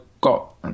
got